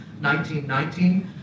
1919